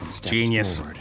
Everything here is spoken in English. genius